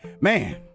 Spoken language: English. Man